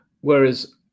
Whereas